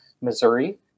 Missouri